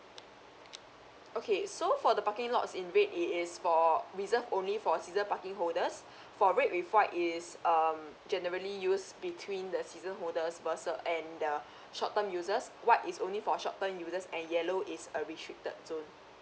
okay so for the parking lots in red it is for reserved only for season parking holders for red with white is um generally used between the season holders per se and the short term users white is only for short term users and yellow is a restricted zone